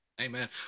Amen